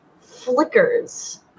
flickers